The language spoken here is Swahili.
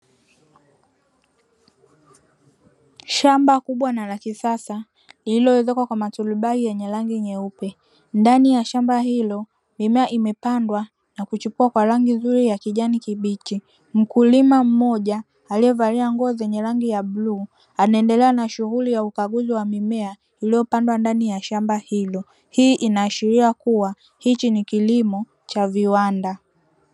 Shamba kubwa na la kisasa lililoezekwa kwa maturubai ya rangi nyeupe. Ndani ya shamba hilo mimea imepandwa na kuchipua kwa rangi nzuri ya kijani kibichi. Mkulima mmoja alievalia nguo zenye rangi ya bluu anaendelea na shughuli ya ukaguzi wa mimea iliopandwa ndani ya shamba hilo. Hii inaashiria kuwa hichi ni kilimo cha viwanda.